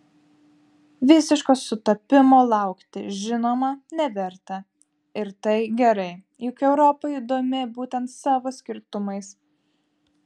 visiško sutapimo laukti žinoma neverta ir tai gerai juk europa įdomi būtent savo skirtumais